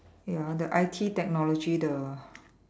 ya the I_T technology the